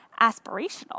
aspirational